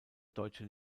deutsche